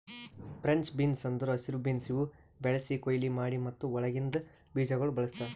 French beans ಅಂದುರ್ ಹಸಿರು beans ಇವು ಬೆಳಿಸಿ, ಕೊಯ್ಲಿ ಮಾಡಿ ಮತ್ತ ಒಳಗಿಂದ್ ಬೀಜಗೊಳ್ ಬಳ್ಸತಾರ್